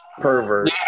Pervert